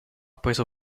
preso